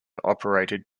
operated